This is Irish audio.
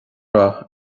rath